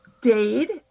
Dade